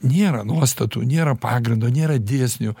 nėra nuostatų nėra pagrindo nėra dėsnių